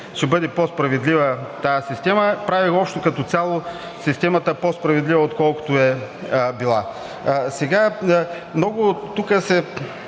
ще бъде по-справедлива тази система, прави общо като цяло системата по-справедлива, отколкото е била. Много се